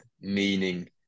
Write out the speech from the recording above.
meaning